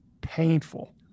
Painful